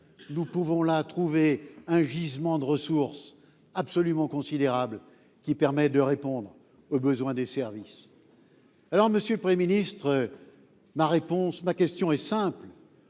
nous pouvons trouver là un gisement de ressources absolument considérable permettant de répondre aux besoins des services. Monsieur le Premier ministre, ma question est simple